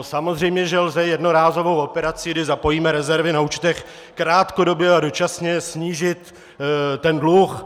Samozřejmě že lze jednorázovou operací, kdy zapojíme rezervy na účtech, krátkodobě a dočasně snížit dluh.